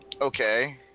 Okay